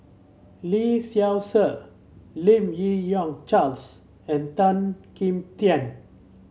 Lee Seow Ser Lim Yi Yong Charles and Tan Kim Tian